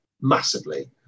massively